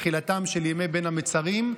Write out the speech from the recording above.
תחילתם של ימי בין המצרים,